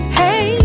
hey